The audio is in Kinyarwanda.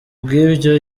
bw’ibyo